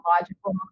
logical